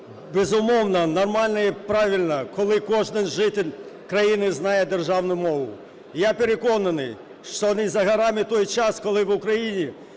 Безумовно, нормально і правильно, коли кожен житель країни знає державну мову. І я переконаний, що не за горами той час, коли в Україні